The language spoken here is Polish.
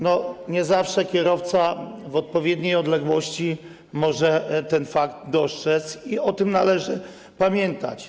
Nie zawsze kierowca w odpowiedniej odległości może ten fakt dostrzec i o tym należy pamiętać.